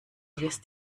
wirst